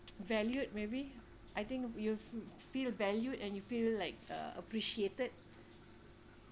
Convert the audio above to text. valued maybe I think we'll feel valued and you feel like uh appreciated